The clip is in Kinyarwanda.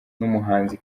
n’umuhanzi